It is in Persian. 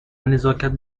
نزاکت